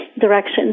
direction